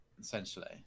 essentially